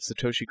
Satoshi